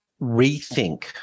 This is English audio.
rethink